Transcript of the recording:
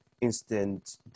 instant